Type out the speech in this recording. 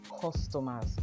customers